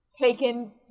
taken